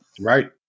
Right